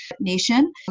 Nation